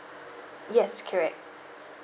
yes correct